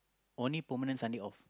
morning permanent Sunday off